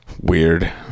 Weird